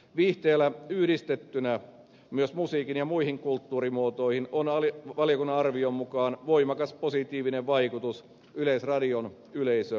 viihteellä yhdistettynä myös musiikkiin ja muihin kulttuurimuotoihin on valiokunnan arvion mukaan voimakas positiivinen vaikutus yleisradion yleisösuhteeseen